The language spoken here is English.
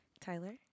Tyler